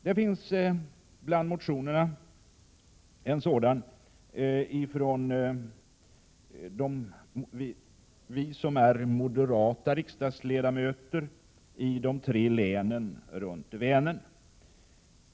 Det föreligger en motion om detta ifrån oss som är moderata riksdagsmän i de tre länen runt Vänern.